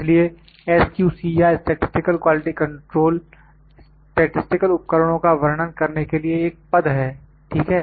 इसलिए SQC या statistical quality control statistical उपकरणों का वर्णन करने के लिए एक पद है ठीक है